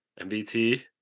MBT